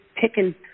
picking